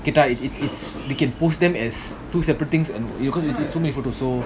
கிட்ட:kitta it it it's we can post them as two separate things and cause it is photos so